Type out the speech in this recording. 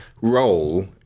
role